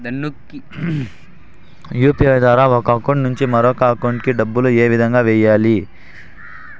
UPI ద్వారా ఒక account నుంచి మరొక అకౌంట్ కి డబ్బులు ఏ విధంగా వెయ్యాలి